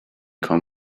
can